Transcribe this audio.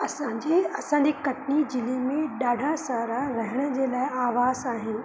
असांजे असांजे कटनी ज़िले में ॾाढा सारा रहण जे लाइ आवास आहिनि